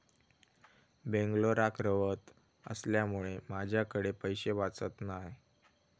बेंगलोराक रव्हत असल्यामुळें माझ्याकडे पैशे वाचत नाय